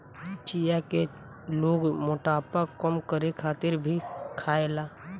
चिया के लोग मोटापा कम करे खातिर भी खायेला